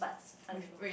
I don't know